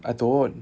I don't